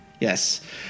Yes